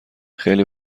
خیلی